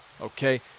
okay